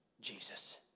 Jesus